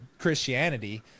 christianity